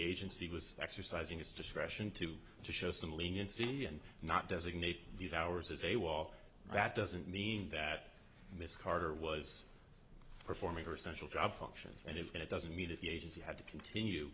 agency was exercising its discretion to show some leniency and not designate these hours as a walk that doesn't mean that miss carter was performing her essential job functions and if it doesn't meet at the agency had to continue